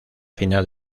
final